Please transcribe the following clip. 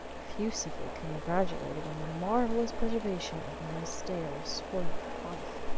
effusively congratulated on the marvellous preservation of my stale spoilt life,